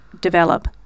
develop